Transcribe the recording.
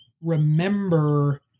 remember